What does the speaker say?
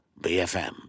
BFM